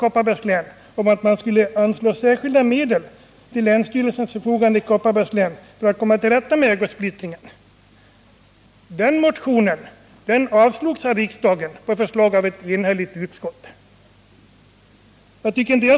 Motionen gick ut på att man skulle ställa särskilda medel till länsstyrelsens i Kopparbergs län förfogande för att komma till rätta med ägosplittringen. Den motionen avslogs av riksdagen på förslag av ett enhälligt utskott.